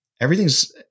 everything's